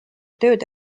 tööd